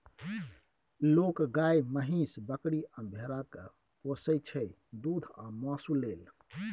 लोक गाए, महीष, बकरी आ भेड़ा केँ पोसय छै दुध आ मासु लेल